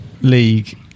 league